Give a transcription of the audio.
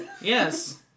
Yes